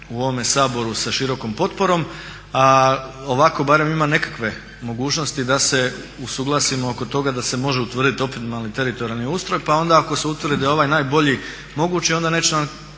u ovome Saboru sa širokom potporom a ovako barem ima nekakve mogućnosti da se usuglasimo oko toga da se može utvrditi optimalni teritorijalni ustroj. Pa onda ako se utvrdi da je ovaj najbolji mogući onda neće nas